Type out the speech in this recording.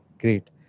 great